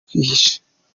kwihisha